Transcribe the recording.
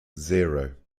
zero